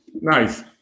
Nice